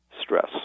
stress